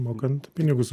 mokant pinigus